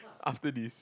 after this